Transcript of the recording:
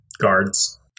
guards